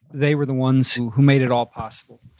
they were the ones who who made it all possible.